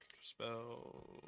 Spell